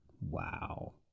Wow